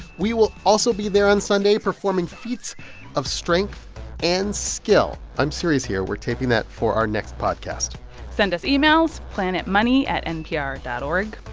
we will also be there on sunday performing feats of strength and skill. i'm serious here. we're taping that for our next podcast send us emails planetmoney at npr dot o r